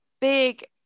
big